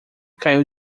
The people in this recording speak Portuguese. caiu